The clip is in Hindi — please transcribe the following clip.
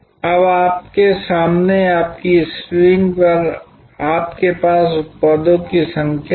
अब आपके सामने आपकी स्क्रीन पर आपके पास उत्पादों की संख्या है